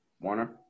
Warner